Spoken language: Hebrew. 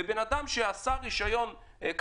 ולגבי רישיון,